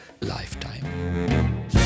lifetime